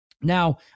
Now